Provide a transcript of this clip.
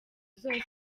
zose